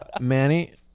Manny